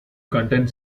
contained